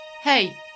Hey